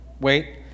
wait